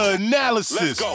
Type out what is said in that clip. analysis